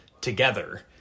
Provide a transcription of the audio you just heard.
together